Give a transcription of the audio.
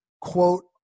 quote